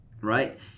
right